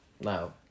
no